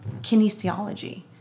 kinesiology